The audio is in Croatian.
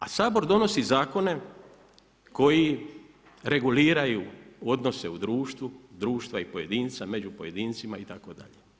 A Sabor donosi zakone koji reguliraju odnose u društvu, društva i pojedinca, među pojedincima itd.